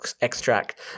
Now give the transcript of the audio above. extract